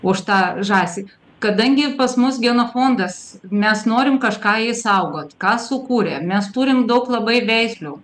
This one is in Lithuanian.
už tą žąsį kadangi pas mus genofondas mes norim kažką išsaugot ką sukūrė mes turim daug labai veislių